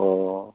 अह